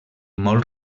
molt